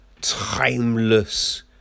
Timeless